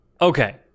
okay